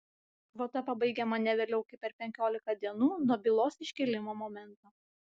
kvota pabaigiama ne vėliau kaip per penkiolika dienų nuo bylos iškėlimo momento